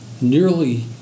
nearly